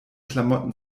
klamotten